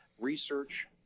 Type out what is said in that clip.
research